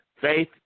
Faith